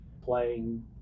playing